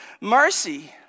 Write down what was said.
mercy